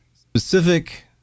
specific